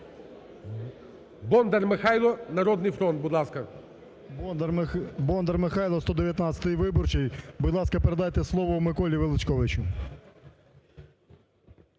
Бондар Михайло, "Народний фронт", будь ласка. 17:24:12 БОНДАР М.Л. Бондар Михайло, 119-й виборчий. Будь ласка, передайте слово Миколі Величковичу.